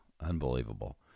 Unbelievable